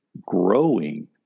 growing